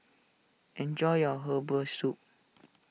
enjoy your Herbal Soup